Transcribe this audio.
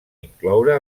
incloure